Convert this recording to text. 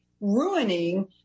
ruining